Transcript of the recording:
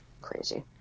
Crazy